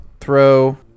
throw